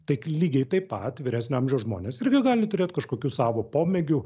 tai lygiai taip pat vyresnio amžiaus žmonės irgi gali turėt kažkokių savo pomėgių